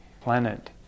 planet